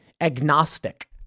agnostic